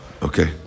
Okay